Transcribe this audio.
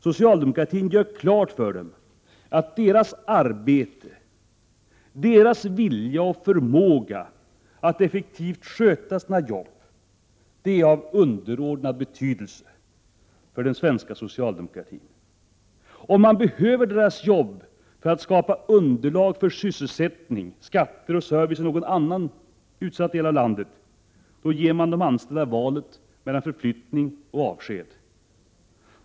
Socialdemokratin gör klart för dem att deras arbete, deras vilja och förmåga att effektivt sköta sina jobb är av underordnad betydelse för den svenska socialdemokratin. Om man behöver 73 deras jobb för att skapa underlag för sysselsättning, skatter och service i någon annan del av landet, ger man de anställda valet mellan förflyttning och avsked.